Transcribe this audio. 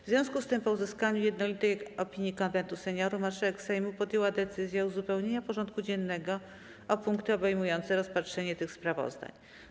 W związku z tym, po uzyskaniu jednolitej opinii Konwentu Seniorów, marszałek Sejmu podjęła decyzję o uzupełnieniu porządku dziennego o punkty obejmujące rozpatrzenie tych sprawozdań.